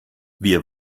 wir